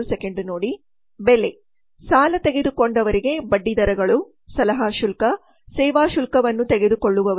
ಬೆಲೆ ಸಾಲ ತೆಗೆದುಕೊಂಡವರಿಗೆ ಬಡ್ಡಿದರಗಳು ಸಲಹಾ ಶುಲ್ಕ ಸೇವಾ ಶುಲ್ಕವನ್ನು ತೆಗೆದುಕೊಳ್ಳುವವರು